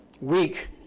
weak